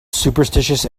superstitious